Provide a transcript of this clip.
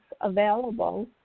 available